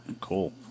Cool